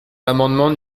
l’amendement